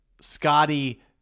Scotty